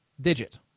Digit